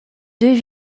deux